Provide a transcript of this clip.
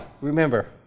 Remember